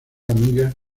amiga